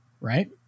right